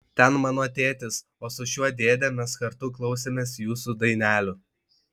ten mano tėtis o su šiuo dėde mes kartu klausėmės jūsų dainelių